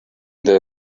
their